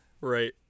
right